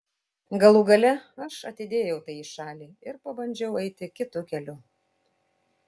galų gale aš atidėjau tai į šalį ir pabandžiau eiti kitu keliu